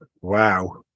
Wow